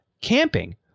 camping